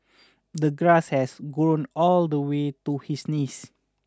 the grass has grown all the way to his knees